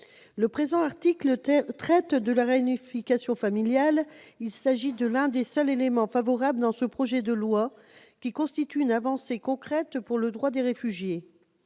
n° 34. L'article 3 a trait à la réunification familiale. Il s'agit de l'un des seuls éléments favorables de ce projet de loi qui constituent une avancée concrète pour le droit des réfugiés.